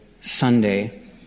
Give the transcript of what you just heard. Sunday